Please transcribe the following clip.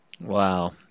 Wow